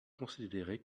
considérer